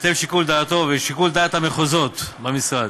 בהתאם לשיקול דעתו ושיקול דעת המחוזות במשרד.